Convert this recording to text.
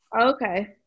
okay